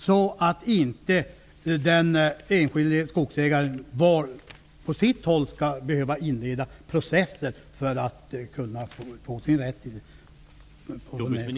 Varje enskild skogsägare skall inte behöva inleda processer var och en på sitt håll för att få sin rätt i frågan.